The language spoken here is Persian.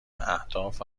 اهداف